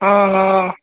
हँ हँ